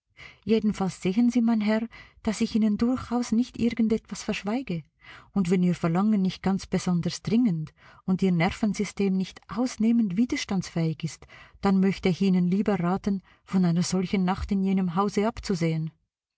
jedenfalls sehen sie mein herr daß ich ihnen durchaus nicht irgend etwas verschweige und wenn ihr verlangen nicht ganz besonders dringend und ihr nervensystem nicht ausnehmend widerstandsfähig ist dann möchte ich ihnen lieber raten von einer solchen nacht in jenem hause abzusehen